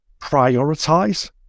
prioritize